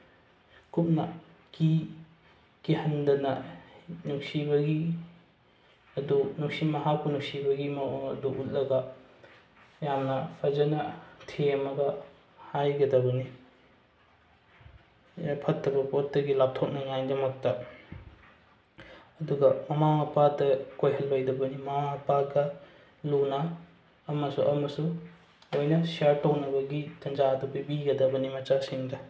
ꯀꯨꯞꯅ ꯀꯤꯍꯟꯗꯅ ꯅꯨꯡꯁꯤꯕꯒꯤ ꯑꯗꯨ ꯅꯨꯡꯁꯤ ꯃꯍꯥꯛꯄꯨ ꯅꯨꯡꯁꯤꯕꯒꯤ ꯃꯑꯣꯡ ꯑꯗꯨ ꯎꯠꯂꯒ ꯌꯥꯝꯅ ꯐꯖꯅ ꯊꯦꯝꯃꯒ ꯍꯥꯏꯒꯗꯕꯅꯤ ꯑꯦ ꯐꯠꯇꯕ ꯄꯣꯠꯇꯒꯤ ꯂꯥꯞꯊꯣꯛꯅꯉꯥꯏꯗꯃꯛꯇ ꯑꯗꯨꯒ ꯃꯃꯥ ꯃꯄꯥꯗ ꯀꯣꯏꯍꯜꯂꯣꯏꯗꯕꯅꯤ ꯃꯃꯥ ꯃꯄꯥꯒ ꯂꯨꯅ ꯑꯃꯁꯨꯡ ꯂꯣꯏꯅ ꯁꯤꯌꯥꯔ ꯇꯧꯅꯕꯒꯤ ꯇꯟꯖꯥ ꯑꯗꯨ ꯄꯤꯕꯤꯒꯗꯕꯅꯤ ꯃꯆꯥꯁꯤꯡꯗ